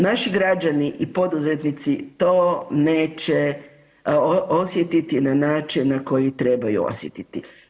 Naši građani i poduzetnici to neće osjetiti na način na koji trebaju osjetiti.